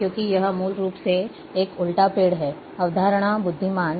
क्योंकि यह मूल रूप से एक उलटा पेड़ है अवधारणा बुद्धिमान